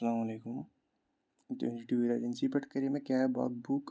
اَسَلامُ علیکُم تُہٕنٛدۍ ٹوٗر ایٚجَنسی پٮ۪ٹھ کَرے مےٚ کیب اَکھ بُک